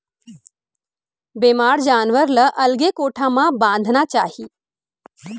बेमार जानवर ल अलगे कोठा म बांधना चाही